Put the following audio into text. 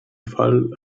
fall